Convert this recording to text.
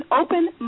open